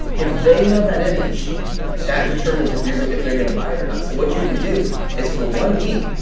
if they love that image that determines if you're good, if they're gonna buy it or not, so what you can do is for one week,